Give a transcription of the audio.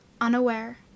unaware